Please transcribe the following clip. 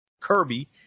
Kirby